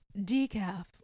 decaf